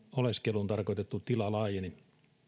oleskeluun tarkoitettu tila laajeni